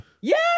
Yes